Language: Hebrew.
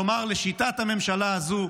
כלומר, לשיטת הממשלה הזו,